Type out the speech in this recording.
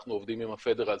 אנחנו עובדים עם הפדרלס,